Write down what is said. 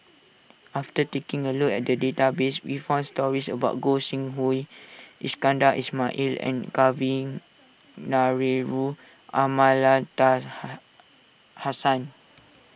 after taking a look at the database we found stories about Gog Sing Hooi Iskandar Ismail and Kavignareru